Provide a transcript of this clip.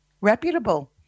reputable